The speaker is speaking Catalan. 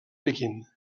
pequín